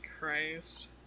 christ